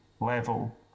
level